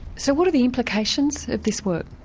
so what are the implications of this work?